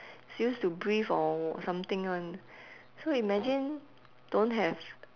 it's used to breathe or something [one] so imagine don't have